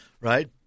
Right